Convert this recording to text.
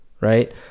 Right